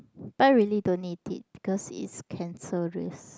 but I really don't need it because is cancerous